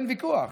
אין ויכוח,